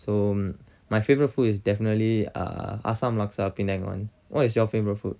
so my favourite food is asam laksa penang [one] what is your favourite food